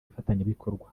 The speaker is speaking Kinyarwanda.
bafatanyabikorwa